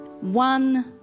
one